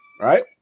right